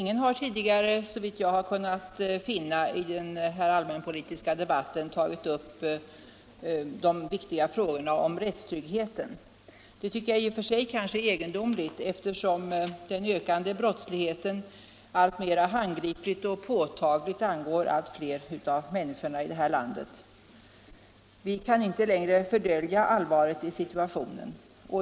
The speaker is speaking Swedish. Herr talman! Såvitt jag har kunnat finna har ingen tidigare i denna allmänpolitiska debatt tagit upp de viktiga frågorna om rättstryggheten. Detta tycker jag är egendomligt, eftersom den ökande brottsligheten alltmera handgripligt och påtagligt angår allt fler människor i detta land. Vi kan inte längre dölja allvaret i situationen.